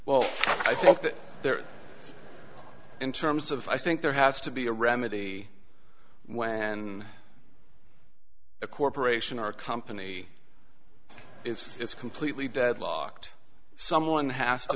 there in terms of i think there has to be a remedy when a corporation or company it's completely deadlocked someone has to